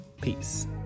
peace